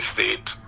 State